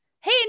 Hey